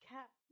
Cat